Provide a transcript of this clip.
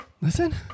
listen